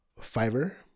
Fiverr